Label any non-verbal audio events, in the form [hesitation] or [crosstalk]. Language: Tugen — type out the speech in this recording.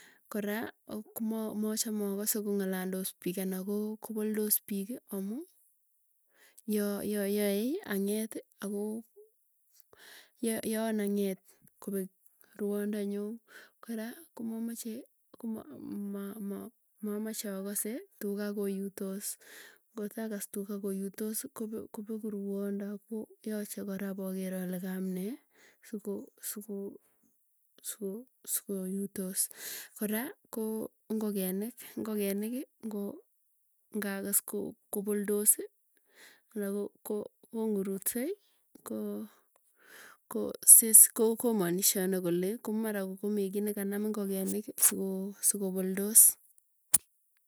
Kora ko mochame akose kong'alalndos piik ana ko poldos piiki, amuu ya ya yaei ang'et ako yoan ang'et kopek rwando nyuu. Kora komamache [hesitation] mamache akase tuga kuyutos. Ngotkakas tuga kuyutosi kopeku ruanda ako yache koo kora poker ale kaam nee [hesitation] sukoyutos kora koongok ngokenik. Ngokoniki ngo ngakas ko kopoldosii ala kong'urutsei koo, koo sis. Komanishani kole komara komii kiiy nekasnam ingokenik sikoo sikopoldos.